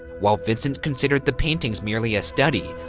while vincent considered the paintings merely a study,